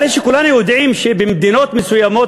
כולנו יודעים שבמדינות מסוימות,